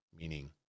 meaning